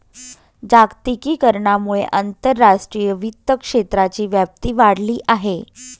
जागतिकीकरणामुळे आंतरराष्ट्रीय वित्त क्षेत्राची व्याप्ती वाढली आहे